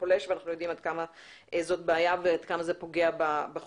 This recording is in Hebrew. ואנחנו יודעים עד כמה זו בעיה ועד כמה זה פוגע בחופים.